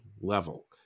level